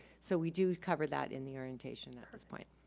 so we do cover that in the orientation at this point.